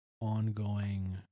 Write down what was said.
ongoing